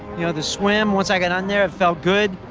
you know the swim once i got on there, it felt good.